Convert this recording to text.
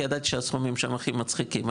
כי ידעתי שהסכומים שם הכי מצחיקים.